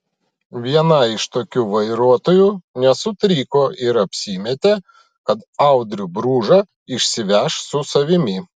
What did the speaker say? viena iš tokių vairuotojų nesutriko ir apsimetė kad audrių bružą išsiveš su savimi